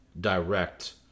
direct